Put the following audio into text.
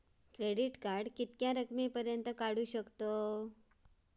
Credit card किती रकमेपर्यंत काढू शकतव?